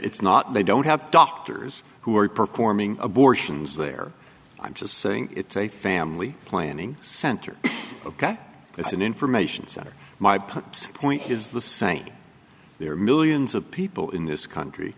it's not they don't have doctors who are performing abortions there i'm just saying it's a family planning center ok it's an information center my pumps point is the same there are millions of people in this country